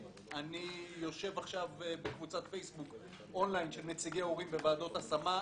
אני יושב עכשיו בקבוצת פייס-בוק און-ליין של נציגי הורים בוועדות השמה,